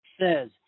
says